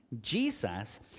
Jesus